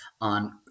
on